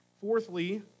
Fourthly